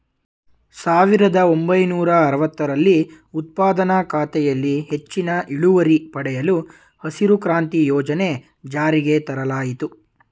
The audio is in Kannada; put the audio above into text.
ಸಾವಿರದ ಒಂಬೈನೂರ ಅರವತ್ತರಲ್ಲಿ ಉತ್ಪಾದಕತೆಯಲ್ಲಿ ಹೆಚ್ಚಿನ ಇಳುವರಿ ಪಡೆಯಲು ಹಸಿರು ಕ್ರಾಂತಿ ಯೋಜನೆ ಜಾರಿಗೆ ತರಲಾಯಿತು